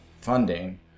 funding